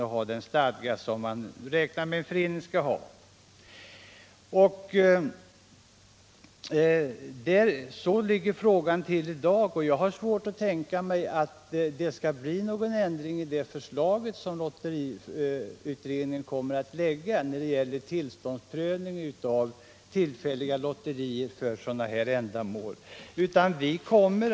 Jag har svårt att tänka mig att lotteriutredningen kommer att föreslå någon ändring av ordningen när det gäller tillståndsprövning för tillfälliga lotterier för sådana här ändamål.